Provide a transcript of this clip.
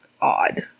odd